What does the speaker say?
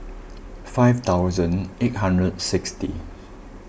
five thousand eight hundred sixty